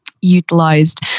utilized